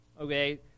Okay